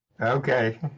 okay